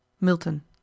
Milton